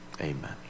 amen